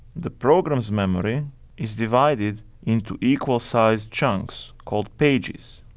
the program's memory is divided into equal size chunks called pages.